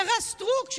השרה סטרוק,